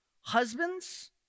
husbands